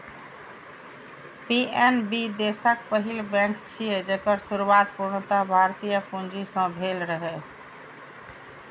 PNB देशक पहिल bank छियै, जेकर शुरुआत पूर्णतः भारतीय पूंजी सं भेल रहै